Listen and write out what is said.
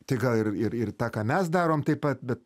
tai gal ir ir ir tą ką mes darom taip pat bet